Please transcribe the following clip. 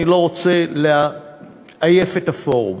אני לא רוצה לעייף את הפורום.